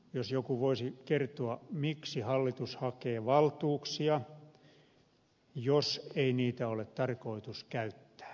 jospa joku voisi kertoa miksi hallitus hakee valtuuksia jos ei niitä ole tarkoitus käyttää